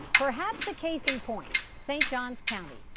perhaps a case in point st. johns county,